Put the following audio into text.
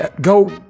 Go